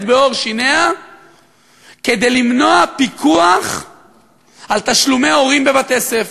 בעור שיניה כדי למנוע פיקוח על תשלומי הורים בבתי-ספר.